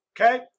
okay